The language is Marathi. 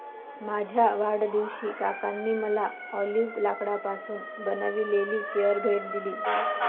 माझ्या वाढदिवशी काकांनी मला ऑलिव्ह लाकडापासून बनविलेली चेअर भेट दिली